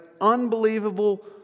unbelievable